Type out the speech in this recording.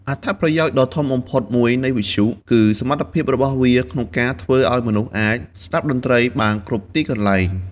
អត្ថប្រយោជន៍ដ៏ធំបំផុតមួយនៃវិទ្យុ គឺសមត្ថភាពរបស់វាក្នុងការធ្វើឲ្យមនុស្សអាច ស្តាប់តន្ត្រីបានគ្រប់ទីកន្លែង។